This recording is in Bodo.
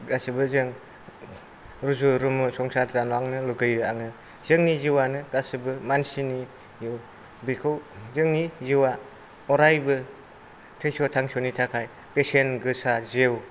गासैबो जों रुजु रुमु संसार जालांनो लुगैयो आङो जोंनि जिउआनो गासैबो मानसिनि जिउ बेखौ जोंनि जिउआ अरायबो थैस' थांस'नि थाखाय बेसेन गोसा जिउ